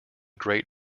great